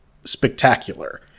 spectacular